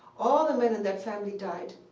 all the men in that family died.